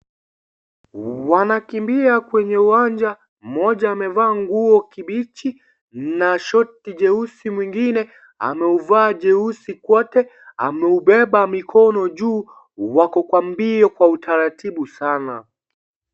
Wanakimbia kwenye uwanja, mmoja amevaa nguo kibichi, na (CS)short(CS)jeusi mwingine ameuvaa jeusi kwote, ameubeba mikono juu, wako Kwa mbio Kwa utaratibu sana.